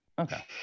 Okay